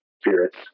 spirits